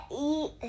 eat